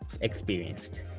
experienced